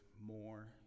more